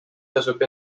tasub